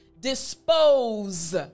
dispose